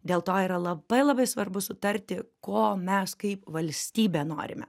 dėl to yra labai labai svarbu sutarti ko mes kaip valstybė norime